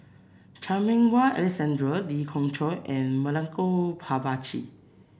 Chan Meng Wah Alexander Lee Khoon Choy and Milenko Prvacki